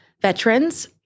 veterans